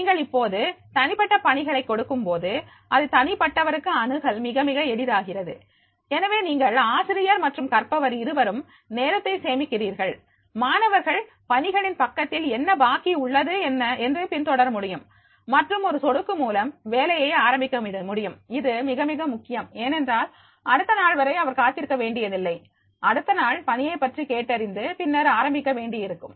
நீங்கள் இப்போது தனிப்பட்ட பணிகளை கொடுக்கும்போது அது தனிப்பட்டவருக்கு அணுகல் மிக மிக எளிதாகிறது எனவே நீங்கள் ஆசிரியர் மற்றும் கற்பவர் இருவரும் நேரத்தை சேமிக்கிறீர்கள் மாணவர்கள் பணிகளின் பக்கத்தில் என்ன பாக்கி உள்ளது என்று பின்தொடர முடியும் மற்றும் ஒரு சொடுக்கு மூலம் வேலையை ஆரம்பிக்க முடியும் இது மிக மிக முக்கியம் ஏனென்றால் அடுத்த நாள் வரை அவர் காத்திருக்க வேண்டியதில்லை அடுத்தநாள் பணியைப் பற்றி கேட்டறிந்து பின்னர் ஆரம்பிக்க வேண்டியிருக்கும்